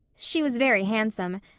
she was very handsome,